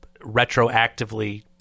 retroactively